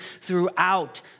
throughout